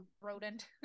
rodent